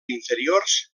inferiors